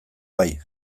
bai